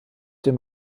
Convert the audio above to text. dem